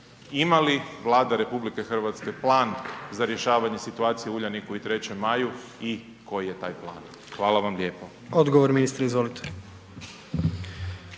Imali li Vlada RH plan za rješavanje situacije u Uljaniku i 3. maju i koji je taj plan? Hvala vam lijepa. **Jandroković, Gordan